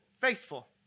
Faithful